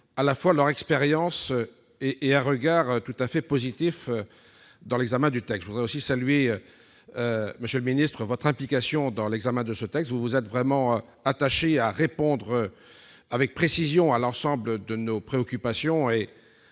à la fois leur expérience et un regard tout à fait positif. Je voudrais aussi saluer, monsieur le secrétaire d'État, votre implication dans l'examen de ce texte. Vous vous êtes vraiment attaché à répondre avec précision à l'ensemble de nos préoccupations,